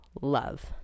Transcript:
love